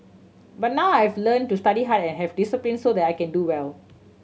but now I've learnt to study hard and have discipline so that I can do well